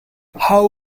how